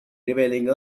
revealing